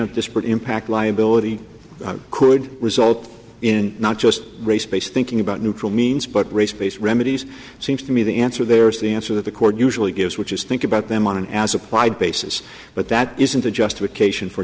of disparate impact liability could result in not just race based thinking about neutral means but race based remedies it seems to me the answer there is the answer that the court usually gives which is think about them on an as applied basis but that isn't a justification for